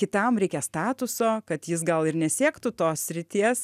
kitam reikia statuso kad jis gal ir nesiektų tos srities